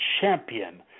Champion